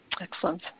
Excellent